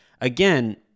again